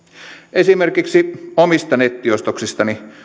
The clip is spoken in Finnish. esimerkiksi omista nettiostoksistani